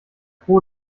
froh